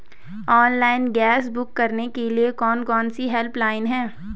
Online gas book करने के लिए कौन कौनसी हेल्पलाइन हैं?